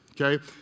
okay